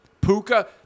Puka